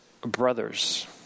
brothers